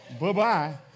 Bye-bye